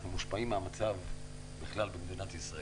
אנחנו מושפעים מהמצב בכלל במדינת ישראל.